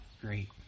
great